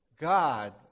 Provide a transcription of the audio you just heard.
God